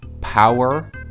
power